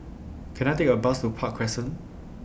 Can I Take A Bus to Park Crescent